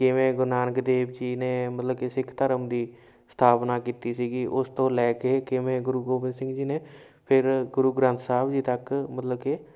ਕਿਵੇਂ ਗੁਰੂ ਨਾਨਕ ਦੇਵ ਜੀ ਨੇ ਮਤਲਬ ਕਿ ਸਿੱਖ ਧਰਮ ਦੀ ਸਥਾਪਨਾ ਕੀਤੀ ਸੀਗੀ ਉਸ ਤੋਂ ਲੈ ਕੇ ਕਿਵੇਂ ਗੁਰੂ ਗੋਬਿੰਦ ਸਿੰਘ ਜੀ ਨੇ ਫਿਰ ਗੁਰੂ ਗ੍ਰੰਥ ਸਾਹਿਬ ਜੀ ਤੱਕ ਮਤਲਬ ਕਿ